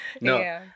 No